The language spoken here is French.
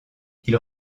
ils